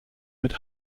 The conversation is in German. mit